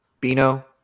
Bino